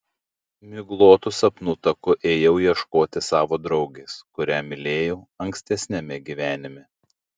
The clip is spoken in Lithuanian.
miglotu sapnų taku ėjau ieškoti savo draugės kurią mylėjau ankstesniame gyvenime